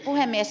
puhemies